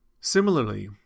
Similarly